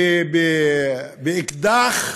באקדח,